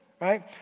right